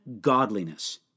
godliness